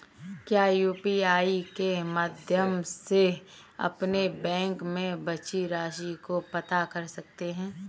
क्या यू.पी.आई के माध्यम से अपने बैंक में बची राशि को पता कर सकते हैं?